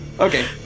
Okay